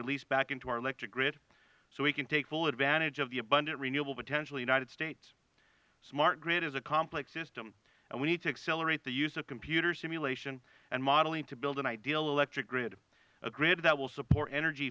released back into our electric grid so we can take full advantage of the abundant renewable potential united states smart grid is a complex system and we need to accelerate the use of computer simulation and modeling to build an ideal electric grid a grid that will support energy